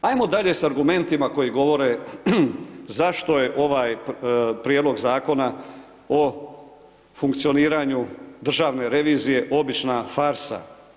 Hajmo dalje sa argumentima koji govore zašto je ovaj Prijedlog zakona o funkcioniraju državne revizije obična farsa.